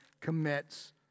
commits